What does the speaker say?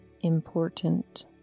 important